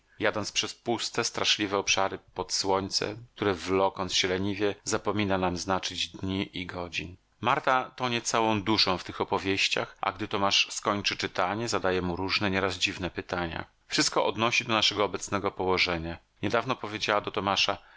jadąc przez puste straszliwe obszary pod słońcem które wlokąc się leniwie zapomina nam znaczyć dni i godzin marta tonie całą duszą w tych opowieściach a gdy tomasz skończy czytanie zadaje mu różne nieraz dziwne pytania wszystko odnosi do naszego obecnego położenia niedawno powiedziała do tomasza